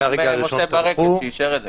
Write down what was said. וגם משה ברקת הממונה שאישר את זה